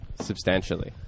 substantially